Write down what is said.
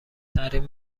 تحریم